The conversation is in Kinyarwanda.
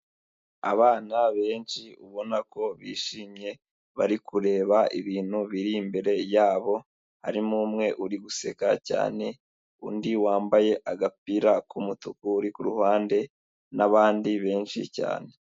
Abana benshi, ubona ko bishimye, bari kureba ibintu biri imbere yabo, harimo umwe uri guseka cyane, undi wambaye agapira k'umutuku uri ku ruhande, n'abandi benshi cyane.